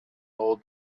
old